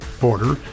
border